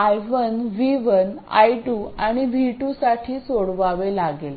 i1 V1 i2 आणि V2 साठी सोडवावे लागेल